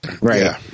Right